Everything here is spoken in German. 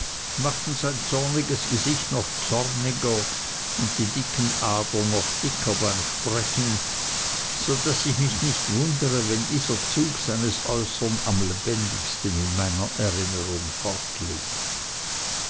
machten sein zorniges gesicht noch zorniger und die dicken adern noch dicker beim sprechen so daß ich mich nicht wundere wenn dieser zug seines äußern am lebendigsten in meiner erinnerung